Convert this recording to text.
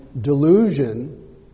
delusion